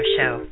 Show